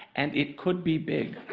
and it could be big.